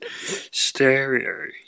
stereo